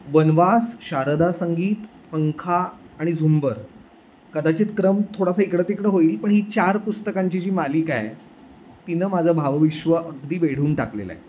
वनवास शारदा संगीत पंखा आणि झुंबर कदाचित क्रम थोडासा इकडं तिकडं होईल पण ही चार पुस्तकांची जी मालिका आहे तिनं माझं भावविश्व अगदी वेढून टाकलेलं आहे